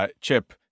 Chip